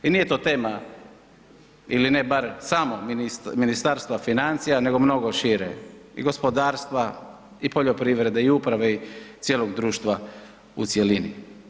I nije to tema ili ne bar samog Ministarstva financija nego mnogo šire i gospodarstva i poljoprivrede i uprave i cijelog društva u cjelini.